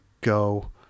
go